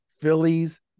Phillies